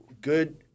good